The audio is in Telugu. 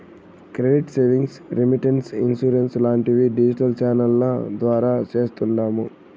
క్రెడిట్ సేవింగ్స్, రెమిటెన్స్, ఇన్సూరెన్స్ లాంటివి డిజిటల్ ఛానెల్ల ద్వారా చేస్తాండాము